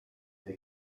they